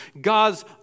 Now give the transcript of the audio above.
God's